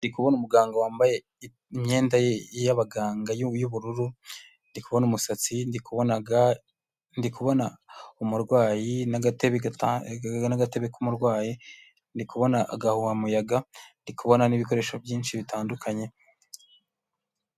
Ndi kubona umuganga wambaye imyenda ye y'abaganga y'ubururu, ndi kubona umusatsi, ndi kubona ga, ndi kubona umurwayi n'agatebe k'umurwayi, ndi kubona agahuhamuyaga, ndi kubona n'ibikoresho byinshi bitandukanye.